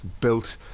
built